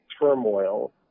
turmoil